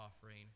offering